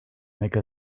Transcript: make